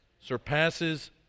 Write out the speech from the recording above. surpasses